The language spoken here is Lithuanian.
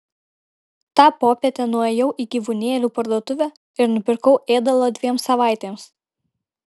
tą popietę nuėjau į gyvūnėlių parduotuvę ir nupirkau ėdalo dviem savaitėms